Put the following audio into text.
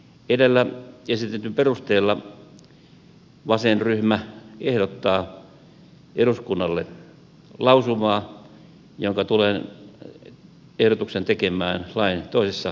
edellä esitetyn perusteella vasenryhmä ehdottaa eduskunnalle lausumaa jonka ehdotuksen tulen tekemään lain toisessa käsittelyssä